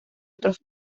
otros